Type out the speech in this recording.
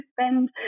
spend